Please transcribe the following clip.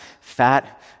fat